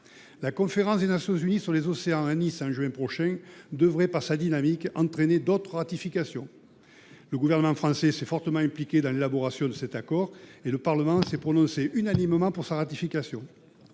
La conférence des Nations unies sur l’océan, qui se tiendra à Nice en juin prochain, devrait, par sa dynamique, entraîner d’autres ratifications. Le gouvernement français s’est fortement impliqué dans l’élaboration de cet accord et le Parlement s’est prononcé unanimement pour sa ratification.